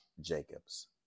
Jacobs